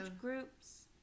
groups